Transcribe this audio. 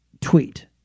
tweet